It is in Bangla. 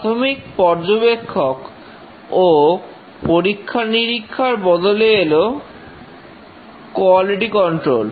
প্রাথমিক পর্যবেক্ষক ও পরীক্ষা নিরীক্ষার পরীক্ষা নিরীক্ষার বদলে এল কোয়ালিটি কন্ত্রল